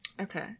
Okay